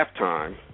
halftime